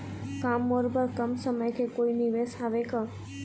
का मोर बर कम समय के कोई निवेश हावे का?